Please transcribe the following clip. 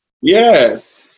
Yes